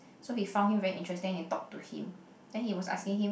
so he found him very interesting and he talk to him then he was asking him